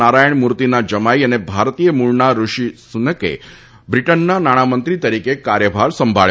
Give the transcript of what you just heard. નારાયણ મૂર્તિના જમાઈ અને ભારતીય મૂળના ઋષિ સુનકે બ્રિટનના નાણામંત્રી તરીકે કાર્યભાર સંભાબ્યો છે